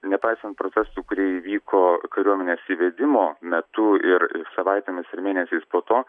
nepaisant protestų kurie įvyko kariuomenės įvedimo metu ir savaitėmis ir mėnesiais po to